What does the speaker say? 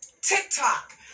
TikTok